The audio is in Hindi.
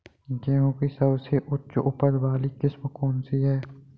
गेहूँ की सबसे उच्च उपज बाली किस्म कौनसी है?